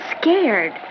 scared